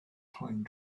pine